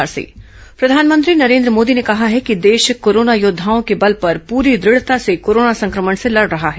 प्रधानमंत्री कोरोना प्रधानमंत्री नरेन्द्र मोदी ने कहा है कि देश कोरोना योद्धाओं के बल पर पूरी दृढ़ता से कोरोना संक्रमण से लड़ रहा है